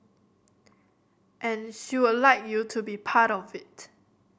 and she would like you to be part of it